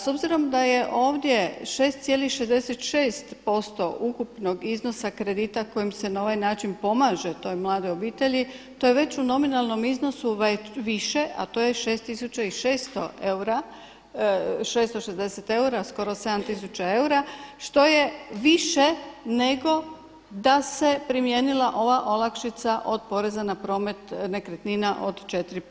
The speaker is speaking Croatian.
S obzirom da je ovdje 6,66% ukupnog iznosa kredita kojim se na ovaj način pomaže toj mladoj obitelji to je već u nominalnom iznosu više, a to je 6.660 eura skoro 7 tisuća eura što je više nego da se primijenila ova olakšica od poreza na promet nekretnina od 4%